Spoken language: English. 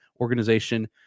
organization